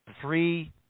three